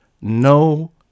no